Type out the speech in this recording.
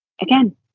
again